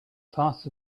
part